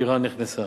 אירן נכנסה,